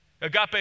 Agape